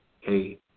hey